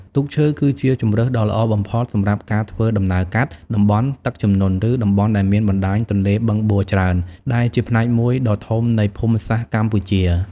ទូកឈើគឺជាជម្រើសដ៏ល្អបំផុតសម្រាប់ការធ្វើដំណើរកាត់ តំបន់ទឹកជំនន់ ឬតំបន់ដែលមាន បណ្ដាញទន្លេ បឹងបួ ច្រើន ដែលជាផ្នែកមួយដ៏ធំនៃភូមិសាស្ត្រកម្ពុជា ។